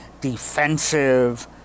defensive